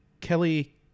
Kelly